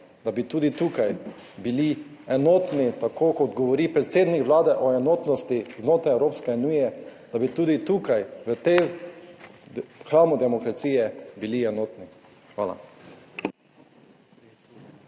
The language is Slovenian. da bi tudi tukaj bili enotni, tako kot govori predsednik Vlade o enotnosti znotraj Evropske unije, da bi tudi tukaj v tem hramu demokracije bili enotni. Hvala.